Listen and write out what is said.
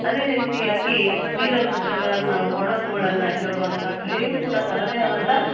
ಅದೇ ರೀತಿಯಾಗಿ ವೀರಭದ್ರಗಳನ್ನ ಉಡಪುಗಳನ್ನು ಹೇಳುವಂಥ ಕಲೆಯು ಕೂಡ ತನ್ನದೇ ಆದಂಥ